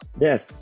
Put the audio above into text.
Yes